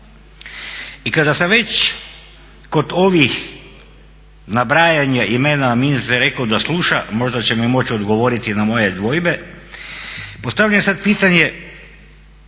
I kada sam već kod ovih nabrajanja imena ministar je rekao da sluša, možda će mi moći odgovoriti na moje dvojbe. Postavljam sad pitanje